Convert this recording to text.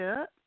up